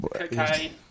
Okay